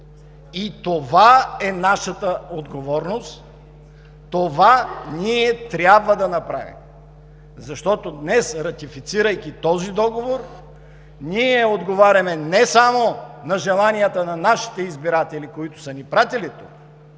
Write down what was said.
И това е нашата отговорност, това трябва да направим, защото днес ратифицирайки този Договор, ние отговаряме не само на желанията на нашите избиратели, които са ни пратили тук,